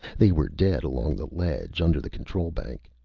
they were dead along the ledge, under the control bank.